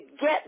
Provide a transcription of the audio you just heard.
get